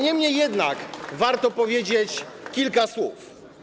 Niemniej jednak warto powiedzieć kilka słów.